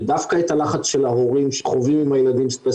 ודווקא את הלחץ של ההורים שחווים עם הילדים סטרס